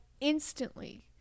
instantly